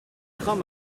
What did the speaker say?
crains